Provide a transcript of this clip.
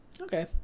Okay